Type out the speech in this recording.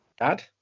dad